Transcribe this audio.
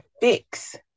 fix